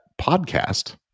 podcast